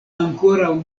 ankoraŭ